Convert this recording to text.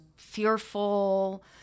fearful